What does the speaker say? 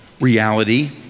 reality